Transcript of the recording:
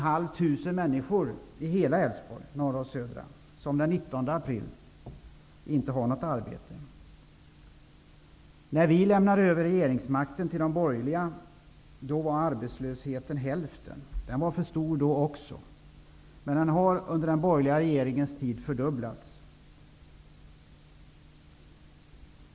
Den 19 april var det När vi lämnade över regeringsmakten till de borgerliga var arbetslösheten hälften så stor. Den var för stor också då, men den har under den borgerliga regeringens tid fördubblats.